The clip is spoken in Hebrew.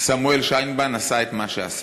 סמואל שיינביין עשה את מה שעשה.